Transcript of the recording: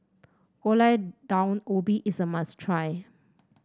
Gulai Daun Ubi is a must try